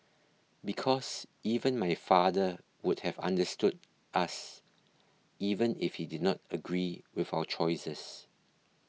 because even my father would have understood us even if he did not agree with our choices